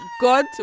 God